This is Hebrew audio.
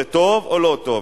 זה טוב או לא טוב?